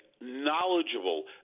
knowledgeable